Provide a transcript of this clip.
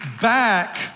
back